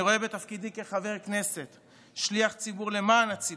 אני רואה בתפקידי כחבר כנסת שליח ציבור למען הציבור,